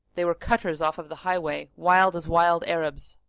they were cutters off of the highway, wild as wild arabs.